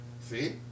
See